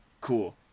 cool